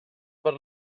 per